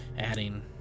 Adding